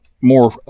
more